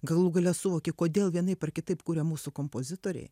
galų gale suvoki kodėl vienaip ar kitaip kuria mūsų kompozitoriai